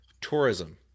tourism